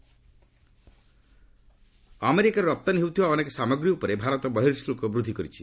US ଆମେରିକାରୁ ରପ୍ତାନୀ ହେଉଥିବା ଅନେକ ସାମଗ୍ରୀ ଉପରେ ଭାରତ ବର୍ହିଶୁଳ୍କ ବୃଦ୍ଧି କରିଛି